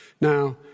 Now